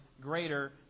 greater